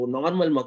normal